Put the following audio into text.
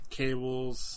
cables